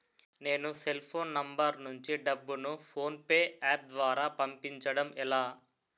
నేను cell phone number నుంచి డబ్బును ను ఫోన్పే అప్ ద్వారా పంపించడం ఎలా?